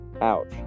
ouch